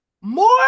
More